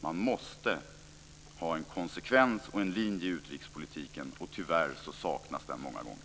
Man måste ha en konsekvens och en linje i utrikespolitiken, och tyvärr saknas det många gånger.